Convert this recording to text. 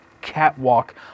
catwalk